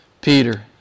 Peter